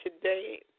today